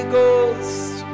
Ghost